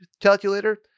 calculator